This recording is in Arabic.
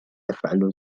أفعل